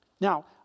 Now